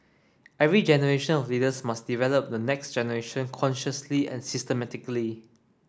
every generation of leaders must develop the next generation consciously and systematically